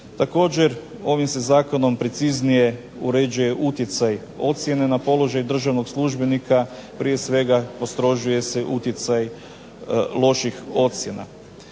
Također ovim se zakonom preciznije uređuje utjecaj ocjene na položaj državnog službenika. Prije svega, postrožuje se utjecaj loših ocjena.